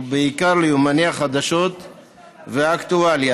ובעיקר ליומני החדשות והאקטואליה,